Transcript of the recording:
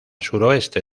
suroeste